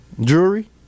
Jewelry